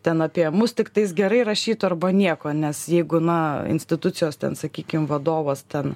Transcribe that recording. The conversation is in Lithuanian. ten apie mus tiktais gerai rašytų arba nieko nes jeigu na institucijos ten sakykim vadovas ten